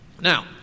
Now